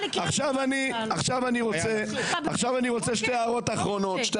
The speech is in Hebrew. אני רוצה להקריא לכם אותו: "השר,